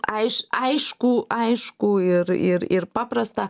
aiškų aiškų aiškų ir ir ir paprastą